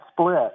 split